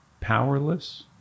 powerless